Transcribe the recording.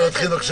יתחיל